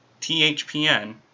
THPN